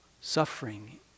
suffering